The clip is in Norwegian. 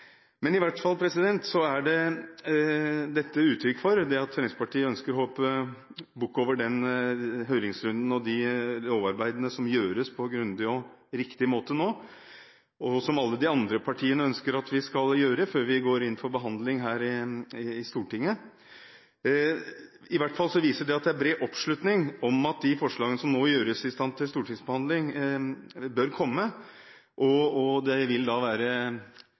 lovarbeidene som nå gjøres på en grundig og riktig måte, og som alle de andre partiene ønsker at vi skal gjøre før vi går inn for behandling i Stortinget, viser i hvert fall at det er bred oppslutning om at de forslagene som gjøres i stand til stortingsbehandling, bør komme. Det vil være mitt håp – jeg håper også at alle andre vil være enig i det – at vi kan få behandlet og vedtatt dem i løpet av første halvår, slik at de vil være